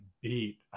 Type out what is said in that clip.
beat